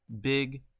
big